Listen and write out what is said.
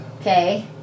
Okay